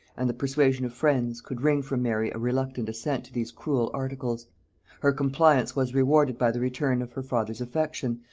and the persuasion of friends, could wring from mary a reluctant assent to these cruel articles her compliance was rewarded by the return of her father's affection,